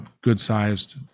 good-sized